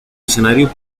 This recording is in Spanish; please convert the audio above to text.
escenario